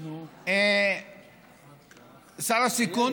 שר השיכון,